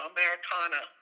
Americana